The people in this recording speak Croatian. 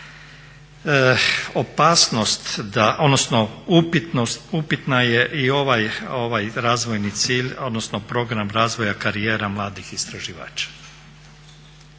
Opasnost, odnosno upitan je i ovaj razvojni cilj, odnosno program razvoja karijera mladih istraživača.